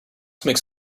makes